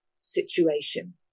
situation